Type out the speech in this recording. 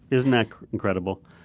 isn't that incredible?